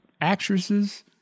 actresses